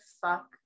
fuck